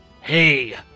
Hey